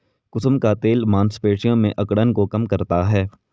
कुसुम का तेल मांसपेशियों में अकड़न को कम करता है